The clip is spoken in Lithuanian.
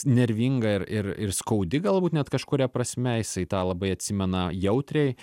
nervinga ir ir ir skaudi galbūt net kažkuria prasme jisai tą labai atsimena jautriai